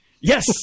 Yes